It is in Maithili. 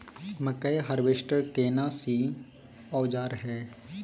मकई हारवेस्टर केना सी औजार हय?